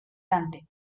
dante